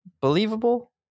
believable